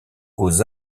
aux